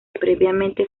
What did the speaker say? previamente